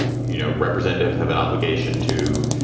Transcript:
you know, representatives have an obligation to,